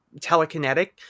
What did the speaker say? telekinetic